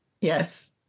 Yes